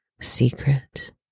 secret